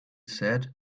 said